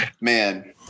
man